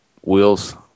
wheels